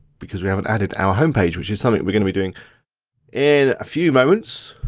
because we haven't added our home page, which is something we're gonna be doing in a few moments.